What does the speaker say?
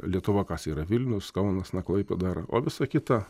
lietuva kas yra vilnius kaunas na klaipėda o visa kita